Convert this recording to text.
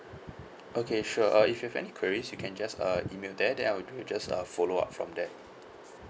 okay sure uh if you have any queries you can just uh email there then I will do just uh follow up from there